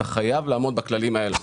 אתה חייב לעמוד בכללים האלה.